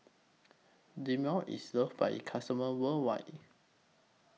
Dermale IS loved By its customers worldwide